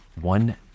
one